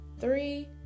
Three